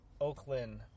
Oakland